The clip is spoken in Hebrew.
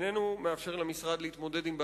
איננו מאפשר למשרד להתמודד עם תפקידיו,